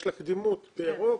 יש לה קדימות בירוק.